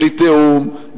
בלי תיאום,